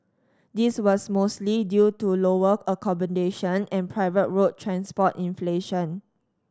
this was mostly due to lower accommodation and private road transport inflation